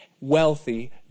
wealthy